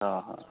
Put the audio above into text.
ᱚᱻ ᱦᱮᱸ